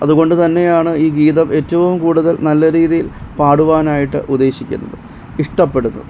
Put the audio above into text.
അതുകൊണ്ട് തന്നെയാണ് ഈ ഗീതം ഏറ്റവും കൂടുതൽ നല്ല രീതിയിൽ പാടുവാനായിട്ട് ഉദ്ദേശിക്കുന്നത് ഇഷ്ടപ്പെടുന്നത്